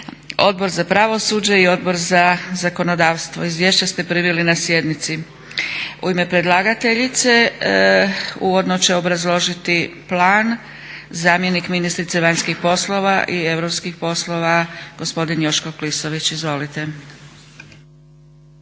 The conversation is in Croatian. Odbor za pravosuđe i Odbor za zakonodavstvo. Izvješća ste primili na sjednici. U ime predlagateljice uvodno će obrazložiti plan zamjenik ministrice vanjskih i europskih poslova gospodin Joško Klisović. Izvolite.